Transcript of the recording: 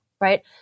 right